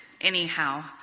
anyhow